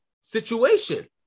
situation